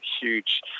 huge